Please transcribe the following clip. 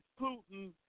Putin